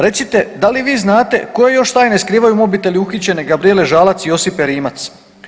Recite, da li vi znate koje još tajne skrivaju mobiteli uhićene Gabrijele Žalac i Josipe Rimac?